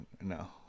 no